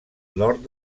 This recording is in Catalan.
nord